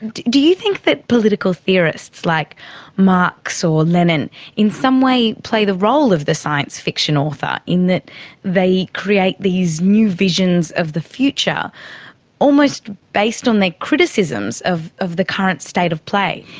do you think that political theorists like marx or lenin in some way play the role of the science fiction author in that they create these new visions of the future almost based on their criticisms of of the current state of play?